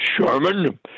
Sherman